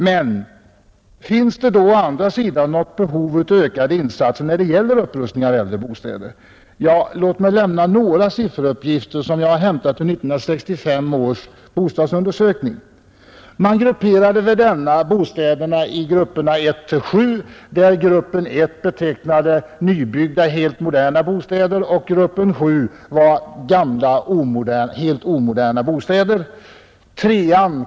Men finns det då något behov av ökade insatser när det gäller upprustning av äldre bostäder? Låt mig lämna några sifferuppgifter, hämtade ur 1965 års bostadsundersökning. Vid denna undersökning grupperade man bostäderna i sju klasser, där klass 1 betecknade nybyggda, helt moderna bostäder och klass 7 utgjordes av gamla, helt omoderna bostäder.